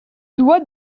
doit